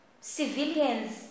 civilians